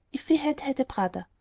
if we had had a brother.